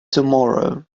tomorrow